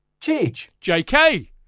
JK